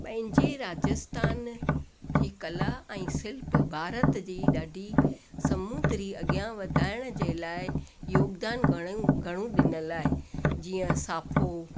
पंहिंजे राजस्थान जी कला ऐं शिल्प भार जी ॾाढी समुंद्री अॻियां वधाइण जे लाइ योगदान घणेई घणो ॾिनल आहे जीअं साफ़ो